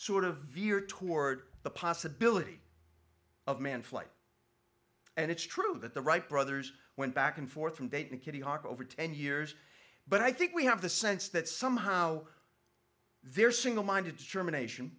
sort of veer toward the possibility of manned flight and it's true that the wright brothers went back and forth from dayton kittyhawk over ten years but i think we have the sense that somehow they're single minded determination